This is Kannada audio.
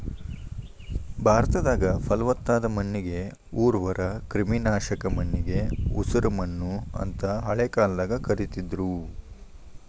ಭಾರತದಾಗ, ಪಲವತ್ತಾದ ಮಣ್ಣಿಗೆ ಉರ್ವರ, ಕ್ರಿಮಿನಾಶಕ ಮಣ್ಣಿಗೆ ಉಸರಮಣ್ಣು ಅಂತ ಹಳೆ ಕಾಲದಾಗ ಕರೇತಿದ್ರು